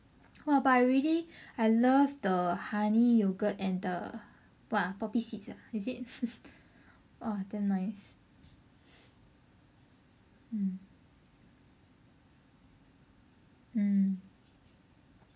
!wah! but I really I love the honey yogurt and the what ah poppy seeds ah is it !wah! damn nice mm mm